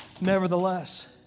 Nevertheless